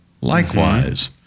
likewise